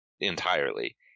entirely